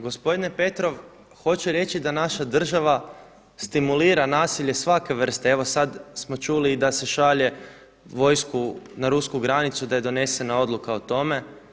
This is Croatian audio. Gospodine Petrov, hoću reći da naša država stimulira nasilje svake vrste, evo sada smo čuli i da se šalje vojsku na Rusku granicu da je donesena odluka o tome.